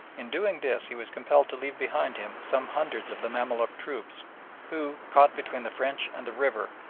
in doing this he was compelled to leave behind him some hundreds of the mamaluk troops who, caught between the french and the river,